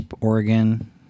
Oregon